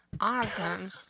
Awesome